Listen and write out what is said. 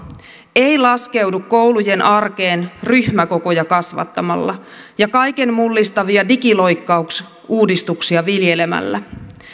ei laskeudu koulujen arkeen ryhmäkokoja kasvattamalla ja kaiken mullistavia digiloikkausuudistuksia viljelemällä